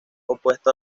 opuesto